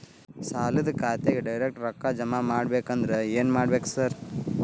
ಸಾಲದ ಖಾತೆಗೆ ಡೈರೆಕ್ಟ್ ರೊಕ್ಕಾ ಜಮಾ ಆಗ್ಬೇಕಂದ್ರ ಏನ್ ಮಾಡ್ಬೇಕ್ ಸಾರ್?